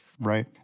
Right